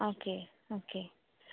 okay okay